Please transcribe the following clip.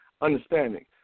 understanding